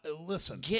listen